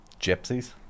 Gypsies